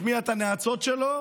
משמיע את הנאצות שלו,